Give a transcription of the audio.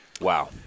Wow